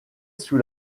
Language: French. sous